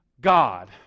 God